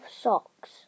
socks